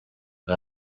ngo